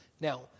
Now